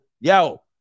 yo